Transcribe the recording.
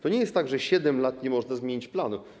To nie jest tak, że przez 7 lat nie można zmienić planu.